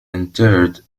interred